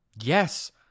Yes